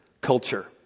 culture